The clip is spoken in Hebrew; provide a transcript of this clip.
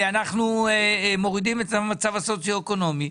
אנחנו מורידים את המצב הסוציו-אקונומי,